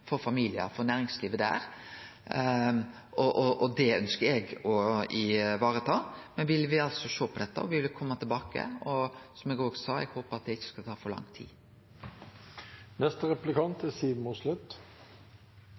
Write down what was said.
familiar og næringslivet der. Det ønskjer eg å vareta. Men me vil sjå på dette og kome tilbake, og eg håpar, som eg sa, at det ikkje skal ta for lang